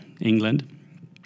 England